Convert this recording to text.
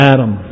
Adam